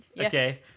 okay